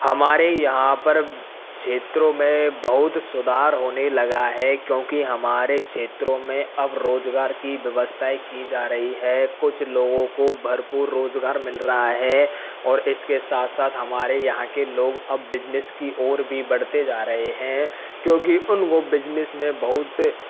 हमारे यहाँ पर क्षेत्रों में बहुत सुधार होने लगा है क्योंकि हमारे क्षेत्रों में अब रोजगार की व्यवस्थाएं की जा रही है कुछ लोगों को भरपूर रोजगार मिल रहा है और इसके साथ साथ हमारे यहाँ के लोग अब बिजनिस की ओर बढ़ते जा रहे हैं क्योंकि कि उन लोग को बिजनेस में बहुत